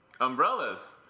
Umbrellas